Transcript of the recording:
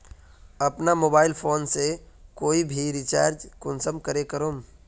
अपना mobile phone से कोई भी रिचार्ज कुंसम करे करूम?